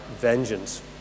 vengeance